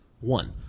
one